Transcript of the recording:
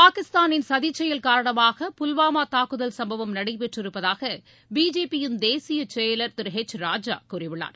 பாகிஸ்தானின் சதிச்செயல் காரணமாக புல்வாமா தாக்குதல் சும்பவம் நடைபெற்றிருப்பதாக பிஜேபியின் தேசியச் செயலர் திரு எச் ராஜா கூறியுள்ளார்